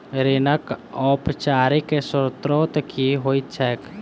ऋणक औपचारिक स्त्रोत की होइत छैक?